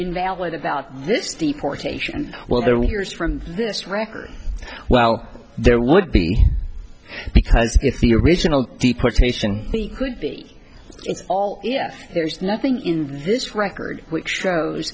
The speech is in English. invalid about this deportation well there we hears from this record well there would be because if the original deportation could be all if there is nothing in this record which shows